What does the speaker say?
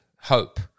hope